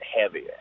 heavier